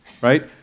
Right